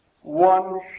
one